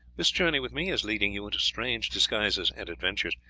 this journey with me is leading you into strange disguises and adventures,